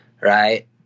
right